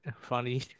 funny